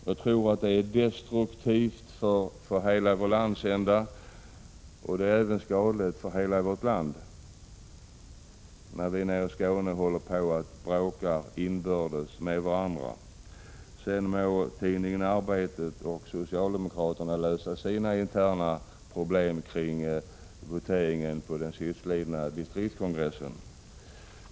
Jag tror att det är destruktivt för hela vår landsände, och även skadligt för hela vårt land, när vi nere i Skåne håller på att inbördes bråka med varandra. Sedan må tidningen Arbetet och socialdemokraterna lösa sina interna problem kring voteringen på den senaste distriktskongressen.